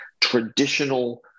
traditional